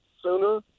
sooner